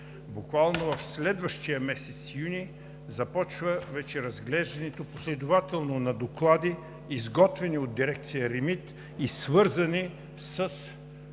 Буквално в следващия месец юни започва разглеждането последователно на доклади, изготвени от дирекция REMIT и свързани с